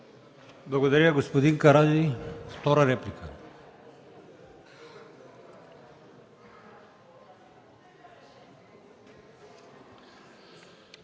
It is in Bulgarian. Благодаря, господин Кирилов. Втора реплика?